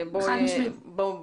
חד משמעית.